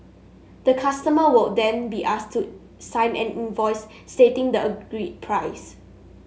the customer would then be asked to sign an invoice stating the agreed price